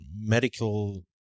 medical